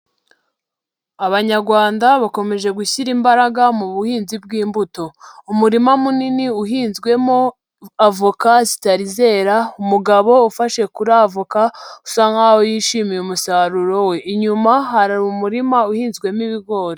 Abanyagwanda bakomeje gushyira imbaraga mu buhinzi bw'imbuto. Umurima munini uhinzwemo avoka zitari zera, umugabo ufashe kuri avoka, usa nk'aho yishimiye umusaruro we. Inyuma hari umurima uhinzwemo ibigori.